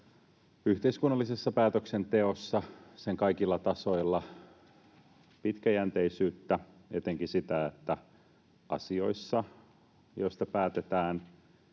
yhteiskunnallisessa päätöksenteossa sen kaikilla tasoilla pitkäjänteisyyttä, etenkin sitä, että asioissa, joista päätetään,